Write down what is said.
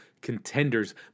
contenders